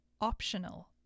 optional